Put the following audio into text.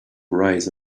rise